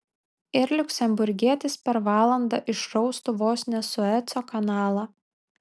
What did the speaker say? ir liuksemburgietis per valandą išraustų vos ne sueco kanalą